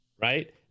Right